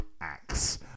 acts